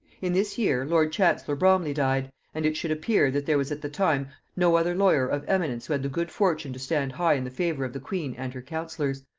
in this year lord-chancellor bromley died and it should appear that there was at the time no other lawyer of eminence who had the good fortune to stand high in the favor of the queen and her counsellors,